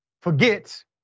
forgets